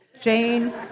Jane